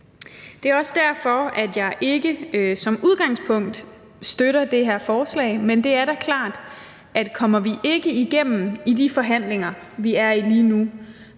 Det er også derfor, at jeg ikke som udgangspunkt støtter det her forslag, men det er da klart, at kommer vi ikke igennem med at finde pengene